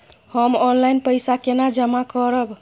हम ऑनलाइन पैसा केना जमा करब?